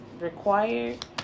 required